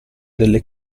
delle